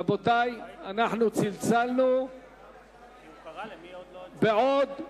רבותי, יש בקשה להצבעה שמית על סעיף